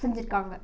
செஞ்சுருக்காங்க